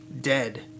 dead